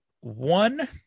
one